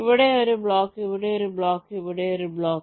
ഇവിടെ ഒരു ബ്ലോക്ക് ഇവിടെ ഒരു ബ്ലോക്ക് ഇവിടെ ഒരു ബ്ലോക്ക്